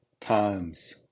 times